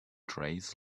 trays